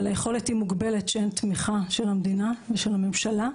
אבל היכולת היא מוגבלת כשאין תמיכה של המדינה ושל הממשלה.